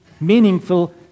meaningful